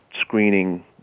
screening